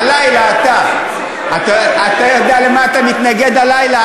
הלילה אתה, אתה יודע למה אתה מתנגד הלילה?